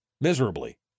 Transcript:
miserably